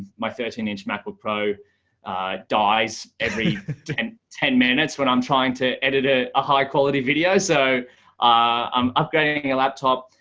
my thirteen inch macbook pro dies every ten ten minutes when i'm trying to edit ah a high quality video. so um upgrading a laptop,